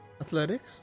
Athletics